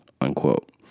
unquote